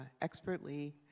expertly